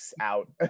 out